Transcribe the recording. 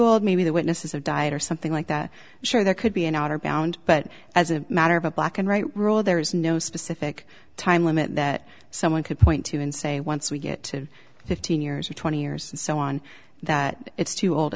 old maybe the witnesses have died or something like that sure there could be an outer bound but as a matter of a black and right rule there is no specific time limit that someone could point to and say once we get to fifteen years or twenty years and so on that it's too old